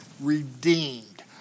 redeemed